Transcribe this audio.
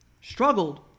struggled